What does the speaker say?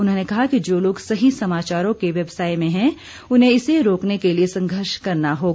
उन्होंने कहा कि जो लोग सही समाचारों के व्यवसाय में हैं उन्हें इसे रोकने के लिए संघर्ष करना होगा